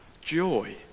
joy